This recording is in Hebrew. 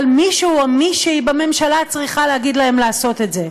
אבל מישהו או מישהי בממשלה צריכה להגיד להם לעשות את זה.